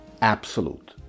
absolute